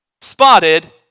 spotted